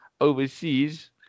overseas